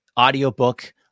audiobook